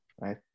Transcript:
right